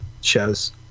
shows